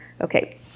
Okay